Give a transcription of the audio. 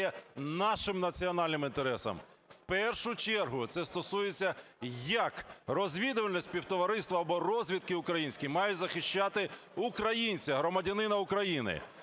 нашим національним інтересам. В першу чергу це стосується, як розвідувальне співтовариство, або розвідка українська, має захищати українця, громадянина України.